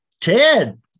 Ted